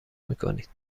میکنید